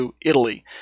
Italy